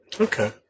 Okay